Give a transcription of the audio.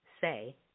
say